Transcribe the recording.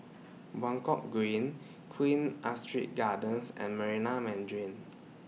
Buangkok Green Queen Astrid Gardens and Marina Mandarin